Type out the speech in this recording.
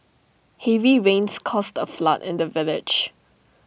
heavy rains caused A flood in the village